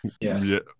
yes